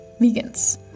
vegans